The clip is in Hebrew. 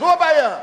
זאת הבעיה.